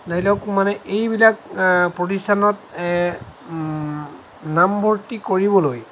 ধৰি লওক মানে এইবিলাক প্ৰতিষ্ঠানত নামভৰ্তি কৰিবলৈ